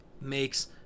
makes